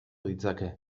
ditzake